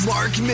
Mark